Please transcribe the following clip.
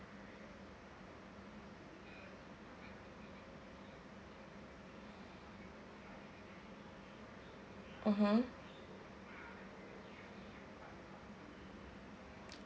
mmhmm